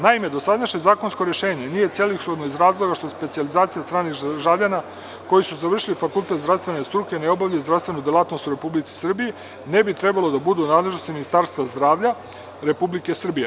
Naime, dosadašnje zakonsko rešenje nije celishodno iz razloga što specijalizacija stranih državljana koji su završili fakultet zdravstvene struke, neobavljaju zdravstvenu delatnost u Republici Srbiji ne bi trebali da budu u nadležnosti Ministarstva zdravlja Republike Srbije.